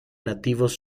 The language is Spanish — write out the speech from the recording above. nativos